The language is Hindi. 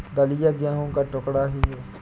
दलिया गेहूं का टुकड़ा ही है